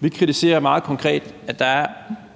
Vi kritiserer meget konkret, at der